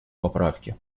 поправки